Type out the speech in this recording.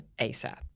ASAP